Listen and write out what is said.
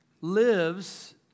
lives